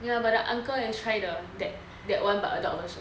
ya but the uncle try like the that [one] but adult version